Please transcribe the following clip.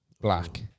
Black